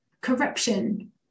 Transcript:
corruption